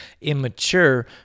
immature